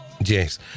Yes